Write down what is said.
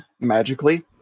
magically